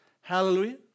Hallelujah